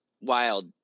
wild